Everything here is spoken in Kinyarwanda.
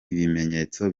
ibimenyetso